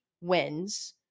wins